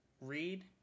read